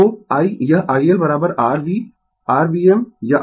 तो I यह iL r V rVm